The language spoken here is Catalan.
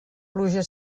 pluja